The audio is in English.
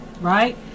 right